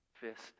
fist